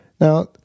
Now